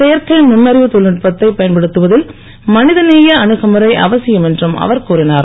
செயற்கை நுண்ணறிவு தொழில்நுட்பத்தை பயன்படுத்துவதில் மனிதநேய அணுகுமுறை அவசியம் என்றும் அவர் கூறினார்